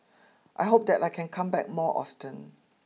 I hope that I can come back more often